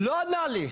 לא ענה לי,